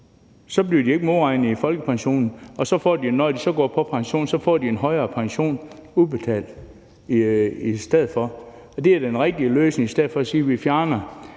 Så bliver de ikke modregnet i folkepensionen, og når de så går på pension, får de en højere pension udbetalt i stedet for. Det er den rigtige løsning i stedet for at sige, at vi fjerner